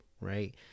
Right